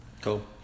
Cool